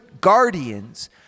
guardians